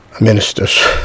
ministers